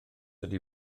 ydy